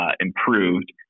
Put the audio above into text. improved